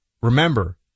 remember